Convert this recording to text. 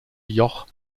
joch